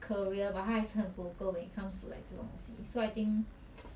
career but 他还是很 vocal when it comes to like 这种东西 so I think